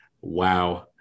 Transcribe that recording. Wow